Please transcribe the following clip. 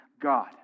God